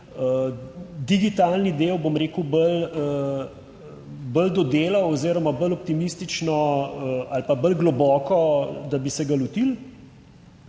digitalni del, bom rekel, bolj, bolj dodelal oziroma bolj optimistično ali pa bolj globoko, da bi se ga lotili.